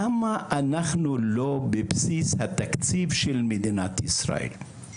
למה אנחנו לא בבסיס התקציב של מדינת ישראל?